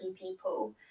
people